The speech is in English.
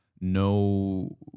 no